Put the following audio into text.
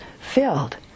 filled